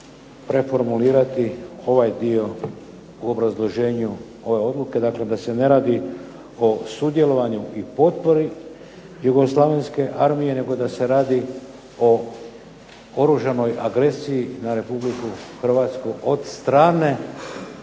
preformulirati ovaj dio u obrazloženju ove odluke. Daklem, da se ne radi o sudjelovanju i potpori jugoslavenske armije, nego da se radi o oružanoj agresiji na Republiku Hrvatsku od strane